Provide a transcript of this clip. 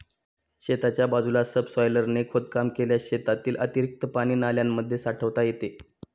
शेताच्या बाजूला सबसॉयलरने खोदकाम केल्यास शेतातील अतिरिक्त पाणी नाल्यांमध्ये साठवता येते